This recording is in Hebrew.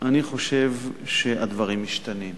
אני חושב שהדברים משתנים.